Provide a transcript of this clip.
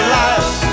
life